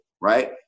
right